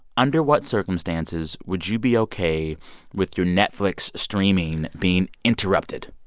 under what circumstances would you be ok with your netflix streaming being interrupted?